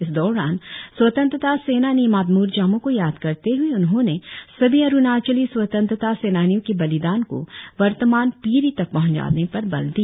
इस दौरान स्वतंत्रता सेनानी मातम्र जामोह को याद करते हए उन्होंने सभी अरुणाचली स्वतंत्रता सैनानियों के बलिदान को वर्तमान पीढ़ी तक पहचाने पर बल दिया